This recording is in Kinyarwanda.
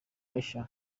aisha